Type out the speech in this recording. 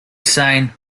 sang